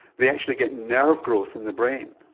they actually get nerve growth in the brain.